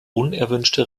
unerwünschte